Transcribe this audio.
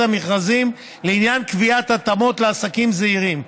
המכרזים לעניין קביעת התאמות לעסקים זעירים,